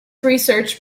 research